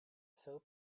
soap